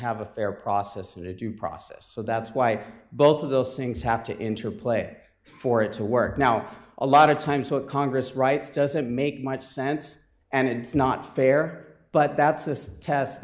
have a fair process of their due process so that's why both of those things have to interplay for it to work now a lot of times what congress writes doesn't make much sense and it's not fair but that's the test